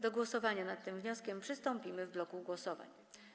Do głosowania nad tym wnioskiem przystąpimy w bloku głosowań.